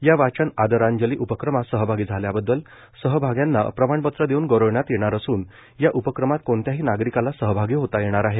या वाचन आदरांजली उपक्रमात सहभागी झाल्याबद्दल सहभाग्यांना प्रमाणपत्र देऊन गौरविण्यात येणार असून या उपक्रमात कोणत्याही नागरिकाला सहभागी होता येणार आहे